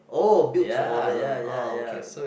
oh built to order ah okay